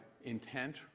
intent